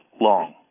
long